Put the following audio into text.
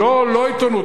לא, לא עיתונות.